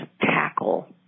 tackle